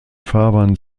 fahrbahn